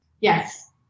Yes